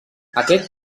aquest